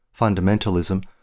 fundamentalism